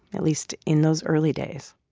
at least in those early days